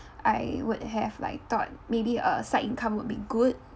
I would have like thought maybe a side income would be good